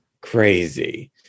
crazy